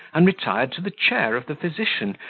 and retired to the chair of the physician,